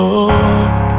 Lord